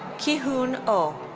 kihoon oh.